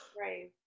Right